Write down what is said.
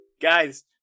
Guys